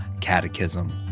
Catechism